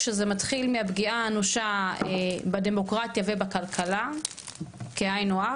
כשזה מתחיל מהפגיעה האנושה בדמוקרטיה ובכלכלה כהינו-הך,